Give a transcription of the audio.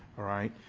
all right.